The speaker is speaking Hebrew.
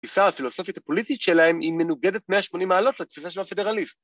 ‫התפיסה הפילוסופית הפוליטית שלהם ‫היא מנוגדת 180 מעלות ‫לתפיסה של הפדרליסט.